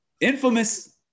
Infamous